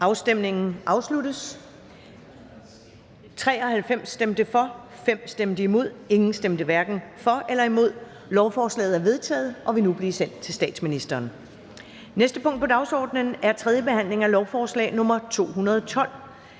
stemte 7 (DF, LA, FG og Simon Emil Ammitzbøll (UFG)), ingen stemte hverken for eller imod. Lovforslaget er vedtaget og vil nu blive sendt til statsministeren. --- Det næste punkt på dagsordenen er: 3) 3. behandling af lovforslag nr. L 213: